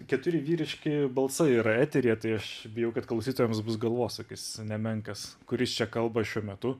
keturi vyriški balsai yra eteryje tai aš bijau kad klausytojams bus galvosūkis nemenkas kuris čia kalba šiuo metu